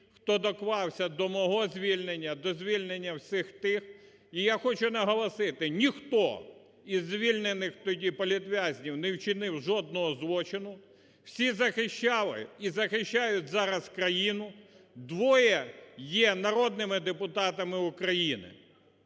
хто доклався до мого звільнення, до звільнення всіх тих. І я хочу наголосити, ніхто із звільнених тоді політв'язнів не вчинив жодного злочину, всі захищали і захищають зараз країну, двоє є народними депутатами України.